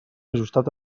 ajustat